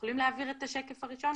והמתקפה הרבתית על נציג משרד הבריאות,